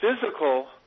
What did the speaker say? physical